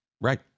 Right